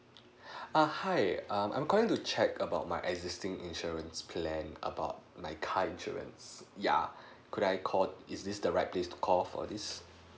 uh hi um I'm calling to check about my existing insurance plan about my car insurance yeah could I call is this the right place to call for this